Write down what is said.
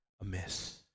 amiss